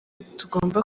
tugomba